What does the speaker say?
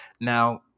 Now